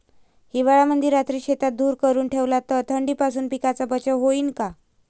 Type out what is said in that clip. हिवाळ्यामंदी रात्री शेतात धुर करून ठेवला तर थंडीपासून पिकाचा बचाव होईन का?